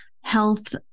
health